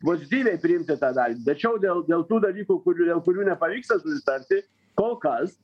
pozityviai priimti tą dalį tačiau dėl dėl tų dalykų kurių dėl kurių nepavyksta susitarti kol kas